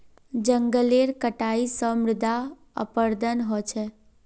जंगलेर कटाई स मृदा अपरदन ह छेक